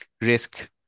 risk